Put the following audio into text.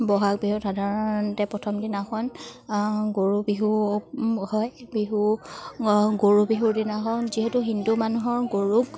বহাগ বিহুত সাধাৰণতে প্ৰথম দিনাখন গৰু বিহু হয় বিহু গৰু বিহুৰ দিনাখন যিহেতু হিন্দু মানুহৰ গৰুক